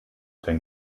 denn